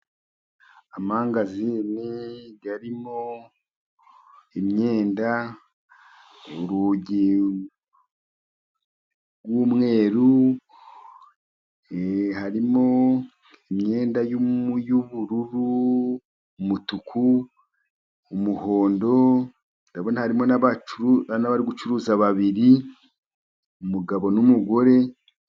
Amangazini arimo imyenda, urugi rw'umweru, harimo imyenda y'ubururu, umutuku, umuhondo ndabona harimo n'abacuruza babiri umugabo n'umugore.